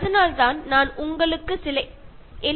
അതിന് സഹായിക്കാനായാണ് ഞാൻ നിങ്ങൾക്ക് ചില ചെറിയ ടിപ്പുകൾ തന്നത്